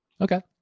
okay